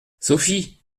sophie